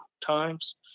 times